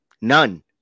None